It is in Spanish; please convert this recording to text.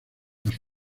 las